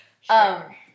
Sure